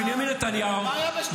בנימין נתניהו -- מה היה בשנת 2020,